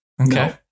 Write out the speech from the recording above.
Okay